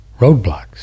roadblocks